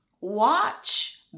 watch